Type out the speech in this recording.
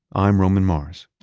i'm roman mars.